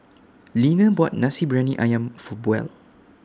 Leaner bought Nasi Briyani Ayam For Buell